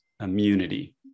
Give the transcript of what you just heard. immunity